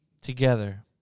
together